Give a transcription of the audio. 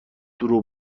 دروغ